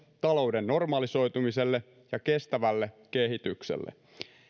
talouden normalisoitumiselle ja kestävälle kehitykselle